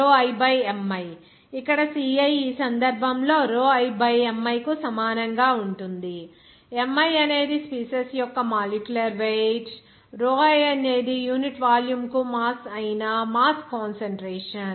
ciiMi ఇక్కడ ci ఈ సందర్భంలో rho i బై Mi కి సమానంగా ఉంటుంది ఇక్కడ Mi అనేది స్పీసీస్ యొక్క మాలిక్యులర్ వెయిట్ మరియు rho i అనేది యూనిట్ వాల్యూమ్కు మాస్ అయిన మాస్ కాన్సంట్రేషన్